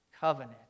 covenant